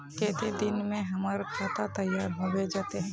केते दिन में हमर खाता तैयार होबे जते?